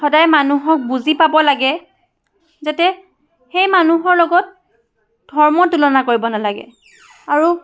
সদায় মানুহক বুজি পাব লাগে যাতে সেই মানুহৰ লগত ধৰ্ম তুলনা কৰিব নালাগে আৰু